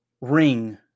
ring